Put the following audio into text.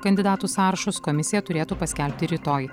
kandidatų sąrašus komisija turėtų paskelbti rytoj